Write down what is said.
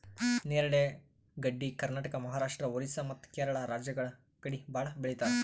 ನೇರಳೆ ಗಡ್ಡಿ ಕರ್ನಾಟಕ, ಮಹಾರಾಷ್ಟ್ರ, ಓರಿಸ್ಸಾ ಮತ್ತ್ ಕೇರಳ ರಾಜ್ಯಗಳ್ ಕಡಿ ಭಾಳ್ ಬೆಳಿತಾರ್